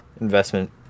investment